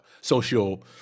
social